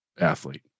athlete